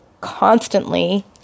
constantly